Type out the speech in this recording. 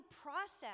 process